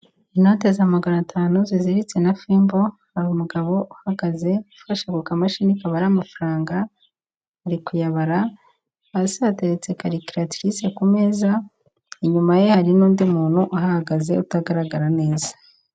Inote za magana atanu ziziritse na fimbo hari umugabo uhagaze ufashe ako kamashini kabara amafaranga ari kuyabara, hasi hateretse caliculator ku meza inyuma ye hari n'undi muntu uhahagaze utagaragara neza.